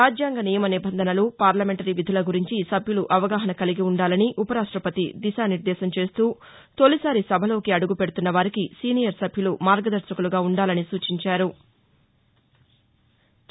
రాజ్యాంగ నియమ నిబంధనలు పార్లమెంటరీ విధుల గురించి సభ్యులు అవగాహస కలిగి ఉండాలని ఉపరాష్టపతి దిశానిర్దేశం చేస్తూ తొలిసారి సభలోకి అడుగుపెడుతున్న వారికి సీనియర్ సభ్యులు మార్గదర్శకులుగా ఉండాలని సూచించారు